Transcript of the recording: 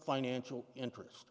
financial interest